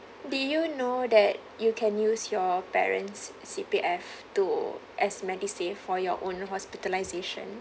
do you know that you can use your parents' C_P_F to as medisave for your own hospitalisation